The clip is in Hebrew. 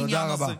תודה רבה.